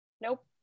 nope